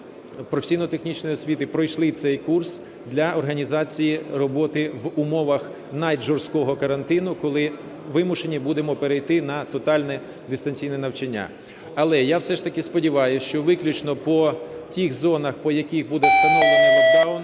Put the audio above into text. професійно-технічної освіти пройшли цей курс для організації роботи в умовах навіть жорсткого карантину, коли вимушені будемо перейти на тотальне дистанційне навчання. Але я все ж таки сподіваюсь, що виключно по тих зонах, по яких буде встановлений локдаун,